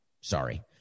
Sorry